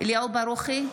אליהו ברוכי,